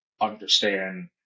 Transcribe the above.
understand